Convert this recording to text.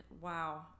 wow